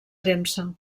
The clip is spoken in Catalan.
premsa